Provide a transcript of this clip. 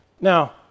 Now